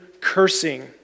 cursing